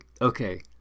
Okay